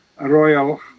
royal